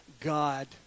God